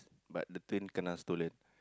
but the twin can not stolen